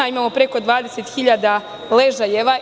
Imamo preko 20.000 ležajeva.